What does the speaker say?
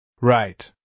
Right